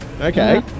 Okay